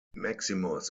maximus